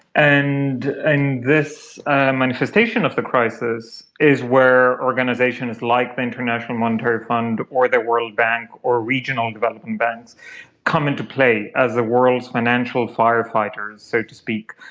and and this and manifestation of the crisis is where organisations like the international monetary fund or the world bank or regional development banks come into play as the world's financial firefighters, so to speak,